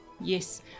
Yes